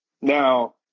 Now